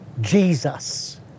Jesus